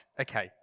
okay